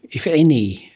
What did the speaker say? if any,